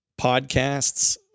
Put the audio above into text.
podcasts